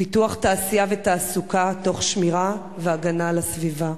פיתוח תעשייה ותעסוקה תוך שמירה והגנה על הסביבה.